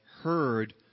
heard